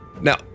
Now